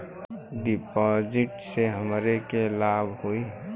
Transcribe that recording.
डिपाजिटसे हमरा के का लाभ होई?